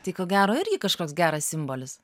tai ko gero irgi kažkoks geras simbolis